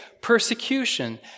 persecution